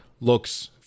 looks